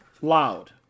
loud